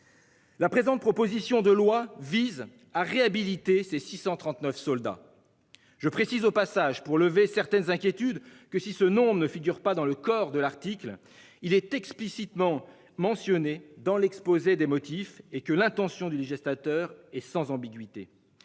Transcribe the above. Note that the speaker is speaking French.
La présente, proposition de loi vise à réhabiliter ses 639 soldats. Je précise au passage pour lever certaines inquiétudes que si ce nom ne figure pas dans le corps de l'article il est explicitement mentionné dans l'exposé des motifs et que l'intention du législateur et sans ambiguïté.